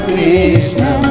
Krishna